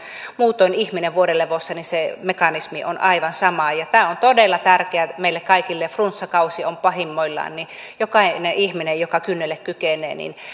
muutoin ihminen vuodelevossa niin se mekanismi on aivan sama tämä on todella tärkeää meille kaikille kun flunssakausi on pahimmillaan niin jokainen ihminen joka kynnelle kykenee